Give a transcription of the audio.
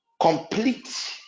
complete